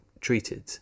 treated